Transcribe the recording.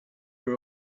were